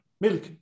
milk